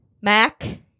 mac